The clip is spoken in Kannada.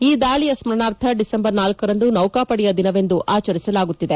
ಈ ದಾಳಿಯ ಸ್ಮರಣಾರ್ಥ ದಿಸೆಂಬರ್ ಳರಂದು ನೌಕಾಪಡೆಯ ದಿನವೆಂದು ಆಚರಿಸಲಾಗುತ್ತಿದೆ